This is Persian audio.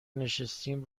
نشستیم